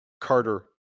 Carter